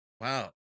Wow